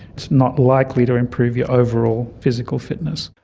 it's not likely to improve your overall physical fitness.